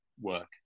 work